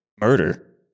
murder